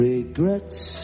Regrets